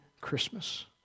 Christmas